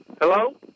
Hello